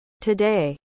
Today